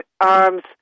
arms